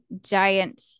giant